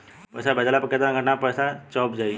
पैसा भेजला पर केतना घंटा मे पैसा चहुंप जाई?